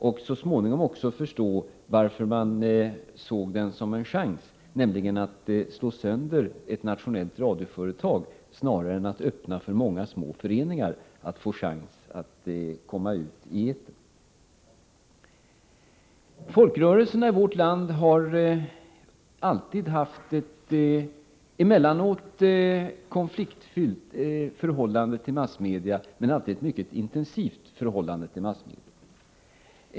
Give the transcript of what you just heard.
Och man kan också förstå varför de så småningom såg den som en chans — nämligen en chans att slå sönder ett nationellt radioföretag snarare än att möjliggöra för många små föreningar att komma ut i etern. Folkrörelserna i vårt land har alltid haft ett mycket intensivt — men emellanåt konfliktfyllt — förhållande till massmedia.